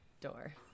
Door